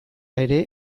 ere